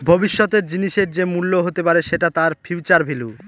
ভবিষ্যতের জিনিসের যে মূল্য হতে পারে সেটা তার ফিউচার ভেল্যু